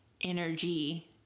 energy